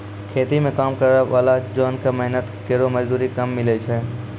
खेती म काम करै वाला जोन क मेहनत केरो मजदूरी कम मिलै छै